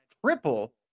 triple